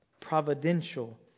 providential